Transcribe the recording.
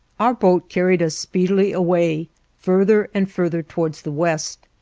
our boat carried us speedily away farther and farther towards the west,